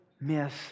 miss